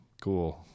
cool